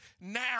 now